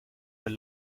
were